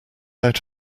out